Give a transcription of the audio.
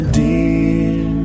dear